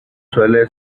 suele